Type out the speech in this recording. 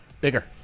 Bigger